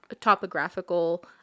topographical